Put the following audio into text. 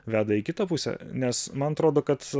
veda į kitą pusę nes man atrodo kad